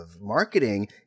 marketing